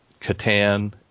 Catan